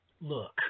look